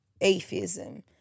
atheism